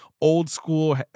old-school